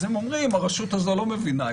אז הם אומרים: הרשות הזאת לא מבינה,